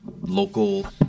local